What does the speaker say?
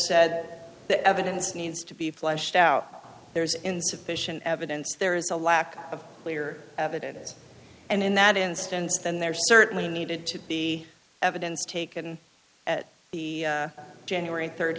said the evidence needs to be fleshed out there's insufficient evidence there is a lack of clear evidence and in that instance then there certainly needed to be evidence taken at the january